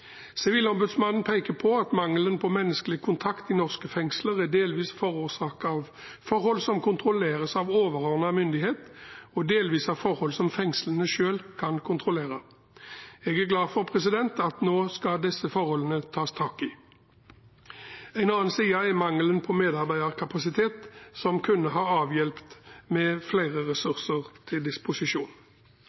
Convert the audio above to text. Sivilombudsmannen peker på at mangelen på menneskelig kontakt i norske fengsler delvis er forårsaket av forhold som kontrolleres av overordnet myndighet, og delvis av forhold som fengslene selv kan kontrollere. Jeg er glad for at disse forholdene nå skal tas tak i. En annen side er mangelen på medarbeiderkapasitet som kunne vært avhjulpet med flere ressurser til disposisjon.